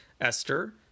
Esther